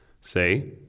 Say